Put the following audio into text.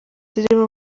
zirimo